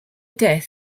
death